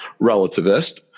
relativist